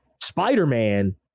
Spider-Man